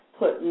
put